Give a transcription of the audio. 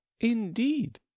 indeed